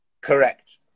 Correct